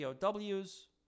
pow's